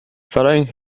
following